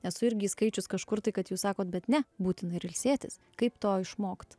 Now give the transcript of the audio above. esu irgi skaičius kažkur tai kad jūs sakote bet ne būtina ilsėtis kaip to išmokti